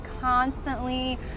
constantly